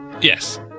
Yes